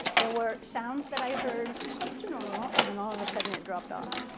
there were sounds that i heard close to normal, and and all of a sudden it dropped off.